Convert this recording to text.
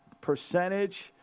percentage